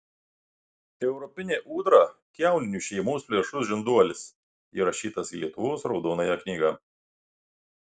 europinė ūdra kiauninių šeimos plėšrus žinduolis įrašytas į lietuvos raudonąją knygą